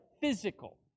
physical